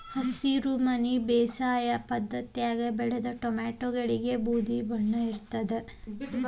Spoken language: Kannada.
ಹಸಿರುಮನಿ ಬೇಸಾಯ ಪದ್ಧತ್ಯಾಗ ಬೆಳದ ಟೊಮ್ಯಾಟಿಗಳಿಗೆ ಬೂದಿಬಣ್ಣದ ಕಲಿ ಬರ್ತೇತಿ ಇದಕ್ಕ ಸಪಟೋರಿಯಾ ರೋಗ ಅಂತಾರ